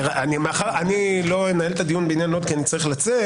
אני לא אנהל את הדיון בעניין לוד כי אני צריך לצאת.